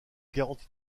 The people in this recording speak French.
garantis